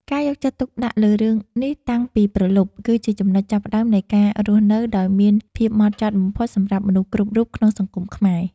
ការយកចិត្តទុកដាក់លើរឿងនេះតាំងពីព្រលប់ គឺជាចំណុចចាប់ផ្តើមនៃការរស់នៅដោយមានភាពហ្មត់ចត់បំផុតសម្រាប់មនុស្សគ្រប់រូបក្នុងសង្គមខ្មែរ។